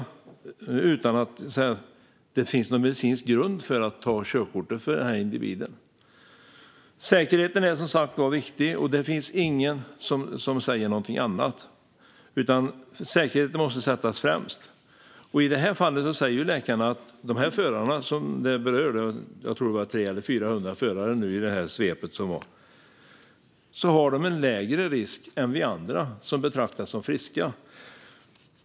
Det finns inte någon medicinsk grund för att ta körkortet från dessa individer. Säkerheten är som sagt var viktig. Det finns ingen som säger någonting annat, utan säkerheten måste sättas främst. I detta fall säger läkarna att de berörda förarna - jag tror att det var 300 eller 400 förare - har en lägre risk än vi andra, som betraktas som friska.